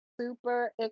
super